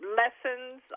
lessons